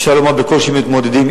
אפשר לומר שבקושי מתמודדים,